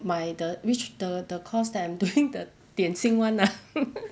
my the which the the course that I'm doing the 点心 [one] ah